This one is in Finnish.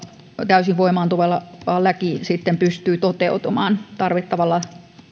täysin voimaan tuleva laki sitten pystyy toteutumaan tarvittavalla